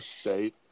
State